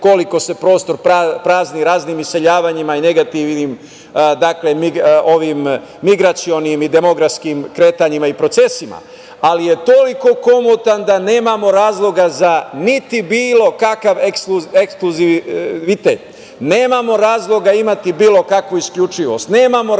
koliko se prostor prazni raznim iseljavanjima i negativnim migracionim i demografskim kretanjima i procesima. Ali je toliko komotan, da nemamo razloga za niti bilo kakav ekskluzivitet. Nemamo razloga imati bilo kakvu isključivost. Nemamo razloga